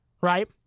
right